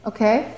Okay